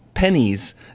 pennies